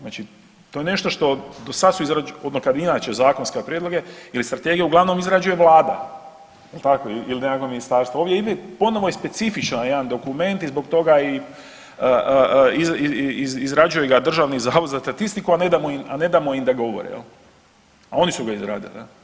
Znači to je nešto što do sad su ono kad inače zakonske prijedloge ili strategije uglavnom izrađuje Vlada, jel tako ili nekakvo ministarstvo, ovdje ponovno je specifičan jedan dokument i zbog toga izrađuje ga Državni zavod za statistiku, a ne damo im da govore, a oni su ga izradili.